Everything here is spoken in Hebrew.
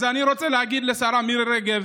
אז אני רוצה להגיד לשרה מירי רגב: